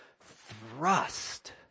thrust